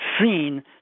seen